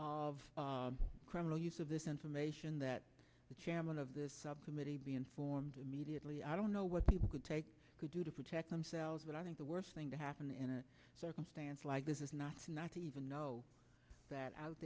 of criminal use of this information that the chairman of this subcommittee be informed mediately i don't know what people could take do to protect themselves but i think the worst thing to happen in a circumstance like this is not to not even know that out